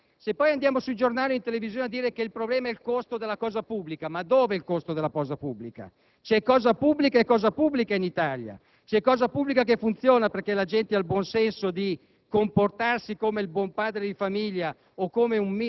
cioè 12 volte di più, con metà degli abitanti. Andiamo poi sui giornali e in televisione a dire che il problema è il costo della cosa pubblica. Ma dov'è questo problema? C'è cosa pubblica e cosa pubblica, in Italia. C'è cosa pubblica che funziona, perché la gente ha il buonsenso di